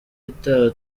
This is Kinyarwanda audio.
itaha